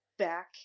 back